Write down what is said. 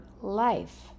Life